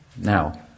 Now